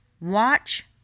Watch